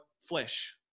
flesh